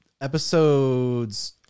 episodes